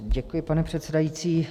Děkuji, pane předsedající.